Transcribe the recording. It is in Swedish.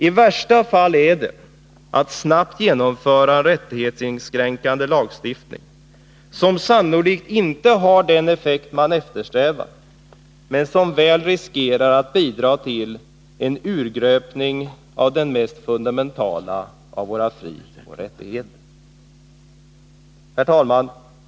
I värsta fall är det att riksdagen snabbt skall genomföra en rättighetsinskränkande lagstiftning, som sannolikt inte har den effekt man eftersträvar men som väl riskerar att bidra till en urgröpning av den mest fundamentala av våra frioch rättigheter. Herr talman!